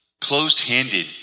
closed-handed